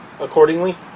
accordingly